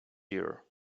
here